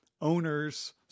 owners-